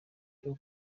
byo